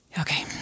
okay